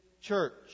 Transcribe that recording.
church